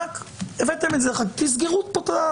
רק הבאתם את זה, תסגרו את הלופ.